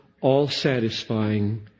all-satisfying